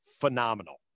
phenomenal